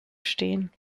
stehen